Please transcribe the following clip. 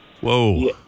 Whoa